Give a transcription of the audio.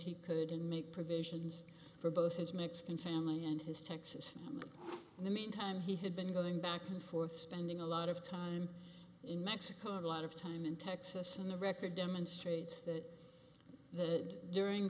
he couldn't make provisions for both his mexican family and his texas family in the meantime he had been going back and forth spending a lot of time in mexico a lot of time in texas and the record demonstrates that that during